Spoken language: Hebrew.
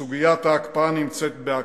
סוגיית ההקפאה נמצאת בהקפאה.